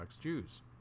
Jews